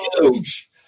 huge